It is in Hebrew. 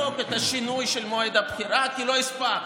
לחוק את השינוי של מועד הבחירה כי לא הספקנו.